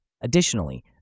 Additionally